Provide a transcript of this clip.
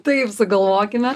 taip sugalvokime